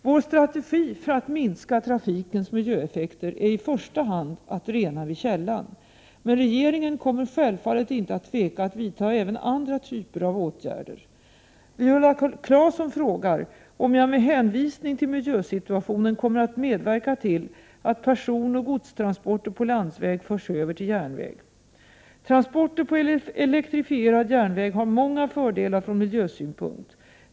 Vår strategi för att minska trafikens miljöeffekter är i första hand att rena — Prot. 1988/89:118 vid källan. Men regeringen kommer självfallet inte att tveka att vidta även 22 maj 1989 andra typer av åtgärder. Viola Claesson frågar om jag med hänvisning till miljösituationen kommer att medverka till att personoch godstransporter på landsväg förs över till järnväg. Transporter på elektrifierad järnväg har många fördelar från miljösynpunkt.